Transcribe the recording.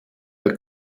der